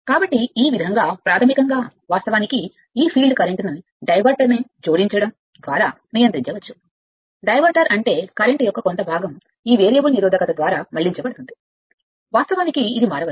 కాబట్టి ఈ విధంగా ప్రాథమికంగా వాస్తవానికి ఈ ఫీల్డ్ కరెంట్ను డైవర్టర్ను జోడించడం ద్వారా నియంత్రించవచ్చు డైవర్టర్ అంటే కరెంట్ యొక్క భాగం ఈ వేరియబుల్ నిరోధకత ద్వారా మళ్ళించబడుతుంది వాస్తవానికి ఇది మారవచ్చు